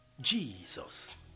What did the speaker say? Jesus